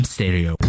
Stereo